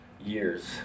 years